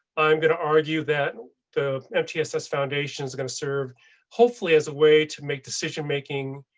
i'm gonna argue that the mtss foundation is going to serve hopefully as a way to make decision making,